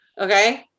Okay